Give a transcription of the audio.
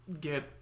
get